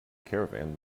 caravan